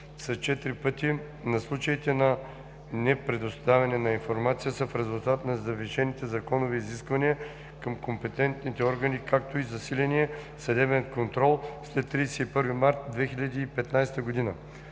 с четири пъти на случаите на непредоставяне на информация, са в резултат на завишените законови изисквания към компетентните органи, както и засиленият съдебен контрол след 31 март 2015 г.